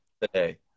today